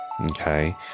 okay